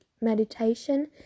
meditation